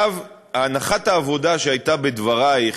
הנחת העבודה שהייתה בדברייך,